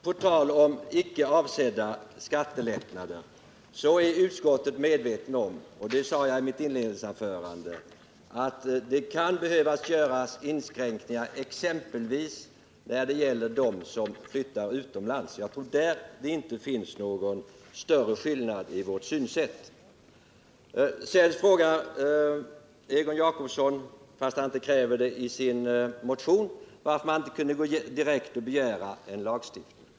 På tal om icke avsedda skattelättnader vill jag framhålla att utskottet är medvetet om — det sade jag också i mitt inledningsanförande — att det kan behöva göras inskränkningar exempelvis när det gäller personer som flyttar utomlands. Jag tror att det där inte råder någon större skillnad mellan våra synsätt. Sedan frågade Egon Jacobsson — fast han inte kräver det i sin motion — varför man inte direkt kan begära en lagstiftning.